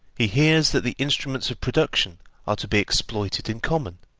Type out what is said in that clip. he hears that the instruments of production are to be exploited in common,